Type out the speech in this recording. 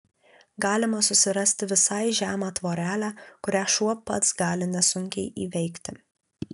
galima susirasti visai žemą tvorelę kurią šuo pats gali nesunkiai įveikti